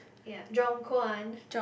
ya Jeong-Kwan